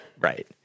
Right